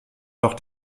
doch